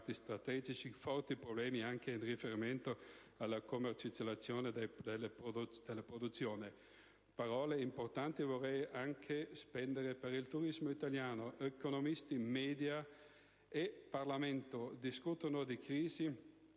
strategici, forti problemi anche in riferimento alla commercializzazione della produzione. Parole importanti vorrei spendere anche per il turismo italiano. Economisti, media, Parlamento discutono di crisi